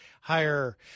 higher